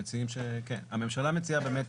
אנחנו מציעים